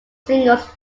singles